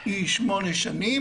היא שמונה שנים